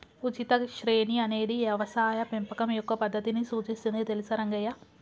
ఉచిత శ్రేణి అనేది యవసాయ పెంపకం యొక్క పద్దతిని సూచిస్తుంది తెలుసా రంగయ్య